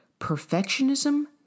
Perfectionism